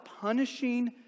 punishing